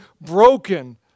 broken